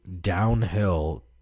downhill